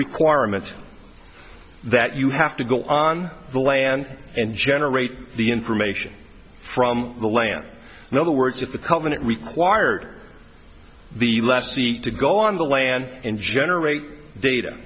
requirement that you have to go on the land and generate the information from the land in other words if the covenant required the left seat to go on the land and generate data